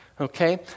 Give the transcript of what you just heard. Okay